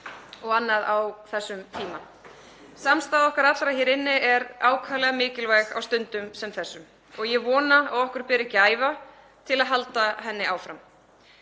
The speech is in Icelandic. og annað á þessum tíma. Samstaða okkar allra hér inni er ákaflega mikilvæg á stundum sem þessum og ég vona að við berum gæfu til að halda henni áfram.